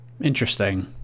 Interesting